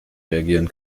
reagieren